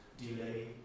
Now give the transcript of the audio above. delay